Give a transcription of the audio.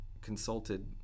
consulted